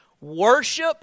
Worship